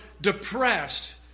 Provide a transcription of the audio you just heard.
depressed